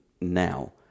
now